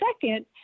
second